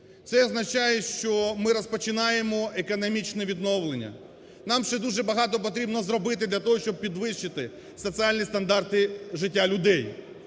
це означає, що ми розпочинаємо економічне відновлення. Нам ще дуже багато потрібно зробити для того, щоб підвищити соціальні стандарти життя людей.